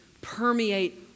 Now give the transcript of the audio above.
permeate